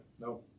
No